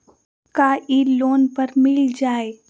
का इ लोन पर मिल जाइ?